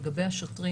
לגבי השוטרים,